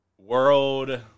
world